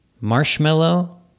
marshmallow